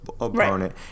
opponent